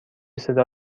صدا